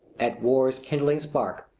at war's kindling spark,